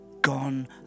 gone